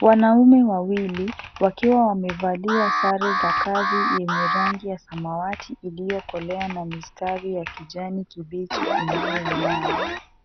Wanaume wawili wakiwa wamevalia sare za kazi yenye rangi ya samawati iliokolea na mistari ya kijani kibichi inayo ngaa